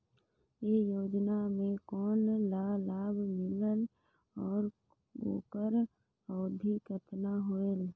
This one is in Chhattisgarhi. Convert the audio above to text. ये योजना मे कोन ला लाभ मिलेल और ओकर अवधी कतना होएल